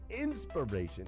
inspiration